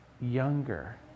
younger